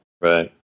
right